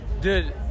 dude